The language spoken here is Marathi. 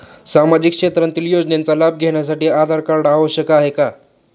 सामाजिक क्षेत्रातील योजनांचा लाभ घेण्यासाठी आधार कार्ड आवश्यक आहे का?